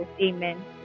Amen